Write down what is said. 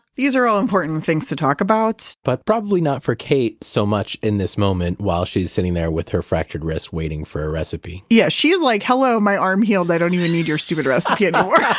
these are all important things to talk about but probably not for kait so much in this moment, while she's sitting there with her fractured wrist waiting for a recipe yeah, she's like, hello, my arm healed. i don't even need your stupid recipe anymore.